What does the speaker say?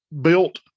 built